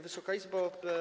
Wysoka Izbo!